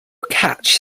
catch